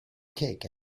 cake